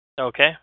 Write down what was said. Okay